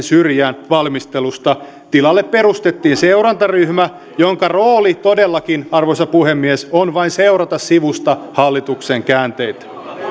syrjään valmistelusta tilalle perustettiin seurantaryhmä jonka rooli todellakin arvoisa puhemies on vain seurata sivusta hallituksen käänteitä